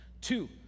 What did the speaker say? two